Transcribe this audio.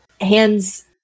hands